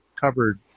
covered